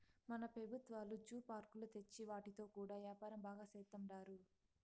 మన పెబుత్వాలు జూ పార్కులు తెచ్చి వాటితో కూడా యాపారం బాగా సేత్తండారు